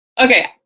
Okay